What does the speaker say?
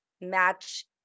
match